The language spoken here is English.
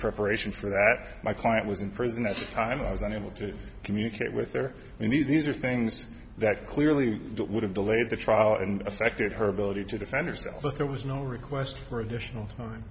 preparation for that my client was in prison that time i was unable to communicate with her in these are things that clearly would have delayed the trial and affected her ability to defend herself but there was no request for additional time